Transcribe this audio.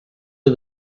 are